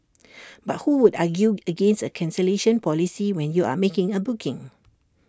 but who would argue against A cancellation policy when you are making A booking